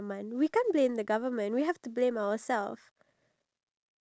oh ya I want t~ to show the video later on